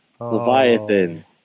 Leviathan